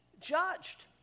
judged